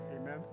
amen